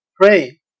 pray